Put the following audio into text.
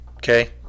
Okay